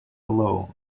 alone